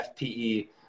fpe